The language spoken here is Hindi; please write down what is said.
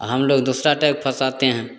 हम लोग दूसरा टाइप फँसाते हैं